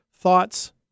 thoughts